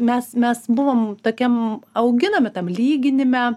mes mes buvom tokiam auginami tam lyginime